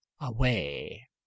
away